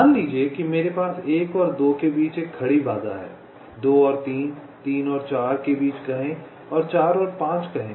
मान लीजिए कि हमारे पास 1 और 2 के बीच एक खड़ी बाधा है 2 और 3 3 और 4 के बीच कहें और 4 और 5 कहें